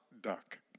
duck